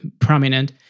prominent